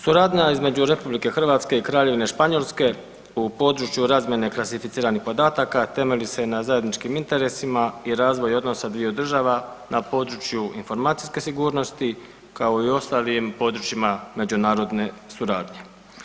Suradnja između RH i Kraljevine Španjolske u području razmjene klasificiranih podataka, temelji se na zajedničkim interesima i razvoju odnosa dviju država na području informacijske sigurnosti kao i u ostalim područjima međunarodne suradnje.